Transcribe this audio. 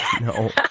No